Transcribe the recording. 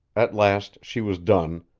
at last she was done,